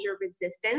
resistance